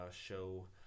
show